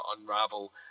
unravel